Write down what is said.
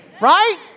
Right